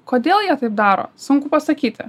kodėl jie taip daro sunku pasakyti